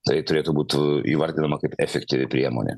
tai turėtų būt įvardinama kaip efektyvi priemonė